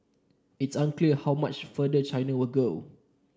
it is unclear how much farther China will go